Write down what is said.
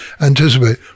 anticipate